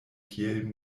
kiel